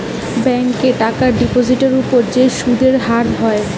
ব্যাংকে টাকার ডিপোজিটের উপর যে সুদের হার হয়